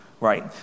right